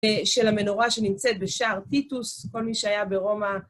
של המנורה שנמצאת בשער טיטוס, כל מי שהיה ברומא.